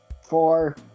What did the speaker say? four